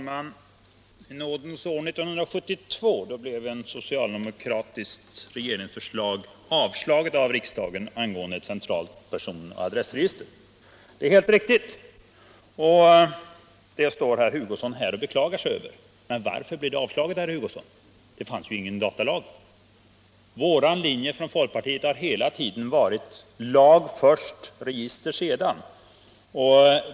Herr talman! Nådens år 1972 blev ett socialdemokratiskt regeringsförslag angående ett centralt person och adressregister avslaget av riksdagen, det är helt riktigt. Detta står herr Hugosson här och beklagar sig över. Men varför blev det avslaget, herr Hugosson? Jo, det fanns ju ingen datalag. Folkpartiets linje har hela tiden varit: lag först, register sedan.